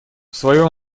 своем